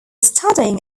studying